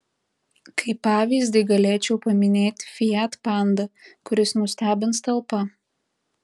kaip pavyzdį galėčiau paminėti fiat panda kuris nustebins talpa